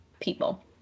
people